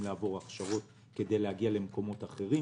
לעבור הכשרות כדי להגיע למקומות אחרים,